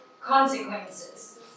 consequences